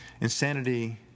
Insanity